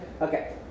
Okay